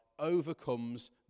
overcomes